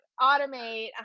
automate